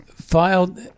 filed